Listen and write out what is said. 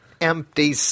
empty